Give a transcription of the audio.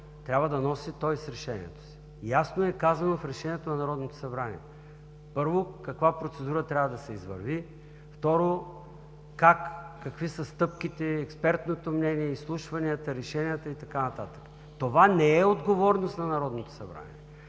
трябва да носи с решението си. Ясно е казано в решението на Народното събрание: първо, каква процедура трябва да се извърви, второ, какви са стъпките, експертното мнение, изслушванията, решенията и така нататък. Това не е отговорност на Народното събрание.